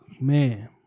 man